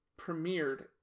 premiered